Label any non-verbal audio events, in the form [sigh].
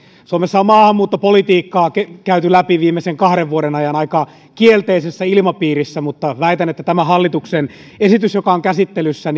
suomessa on maahanmuuttopolitiikkaa käyty läpi viimeisen kahden vuoden ajan aika kielteisessä ilmapiirissä mutta väitän että tämä hallituksen esitys joka on käsittelyssä [unintelligible]